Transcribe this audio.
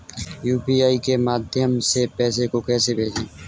UPI के माध्यम से पैसे को कैसे भेजें?